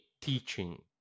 teaching